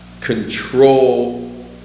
control